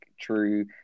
true